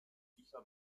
fija